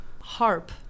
harp